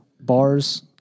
bars